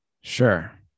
Sure